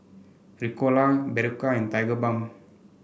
Ricola Berocca and Tigerbalm